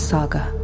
Saga